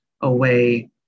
away